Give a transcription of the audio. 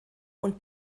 und